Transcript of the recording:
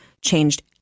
changed